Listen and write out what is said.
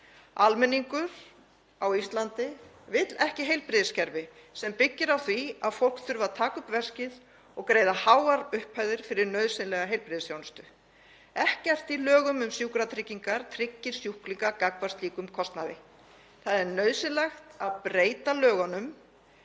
Almenningur á Íslandi vill ekki heilbrigðiskerfi sem byggir á því að fólk þurfi að taka upp veskið og greiða háar upphæðir fyrir nauðsynlega heilbrigðisþjónustu. Ekkert í lögum um sjúkratryggingar tryggir sjúklinga gagnvart slíkum kostnaði. Það er nauðsynlegt að breyta lögunum